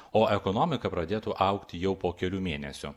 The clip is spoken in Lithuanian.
o ekonomika pradėtų augti jau po kelių mėnesių